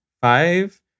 Five